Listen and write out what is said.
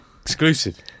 Exclusive